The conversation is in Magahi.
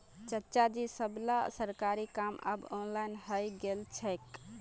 चाचाजी सबला सरकारी काम अब ऑनलाइन हइ गेल छेक